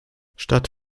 statt